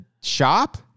shop